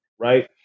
Right